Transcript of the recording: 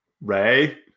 Ray